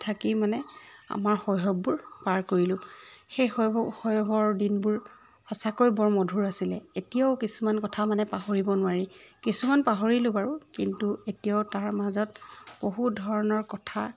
থাকি মানে আমাৰ শৈশৱবোৰ পাৰ কৰিলোঁ সেই শৈ শৈশৱৰ দিনবোৰ সঁচাকৈ বৰ মধুৰ আছিলে এতিয়াও কিছুমান কথা মানে পাহৰিব নোৱাৰি কিছুমান পাহৰিলোঁ বাৰু কিন্তু এতিয়াও তাৰ মাজত বহু ধৰণৰ কথা